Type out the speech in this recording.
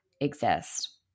exist